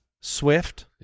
swift